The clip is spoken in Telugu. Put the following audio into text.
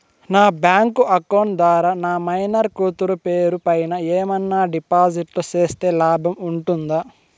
నా బ్యాంకు అకౌంట్ ద్వారా నా మైనర్ కూతురు పేరు పైన ఏమన్నా డిపాజిట్లు సేస్తే లాభం ఉంటుందా?